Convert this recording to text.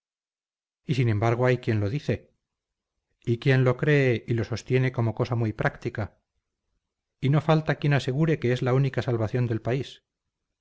y sin embargo hay quien lo dice y quien lo cree y lo sostiene como cosa muy práctica y no falta quien asegure que es la única salvación del país